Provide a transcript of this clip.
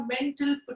mental